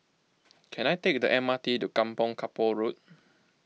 can I take the M R T to Kampong Kapor Road